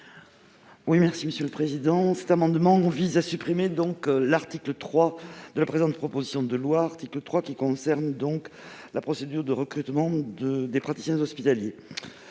à Mme Émilienne Poumirol. Cet amendement vise à supprimer l'article 3 de la présente proposition de loi, qui concerne la procédure de recrutement des praticiens hospitaliers,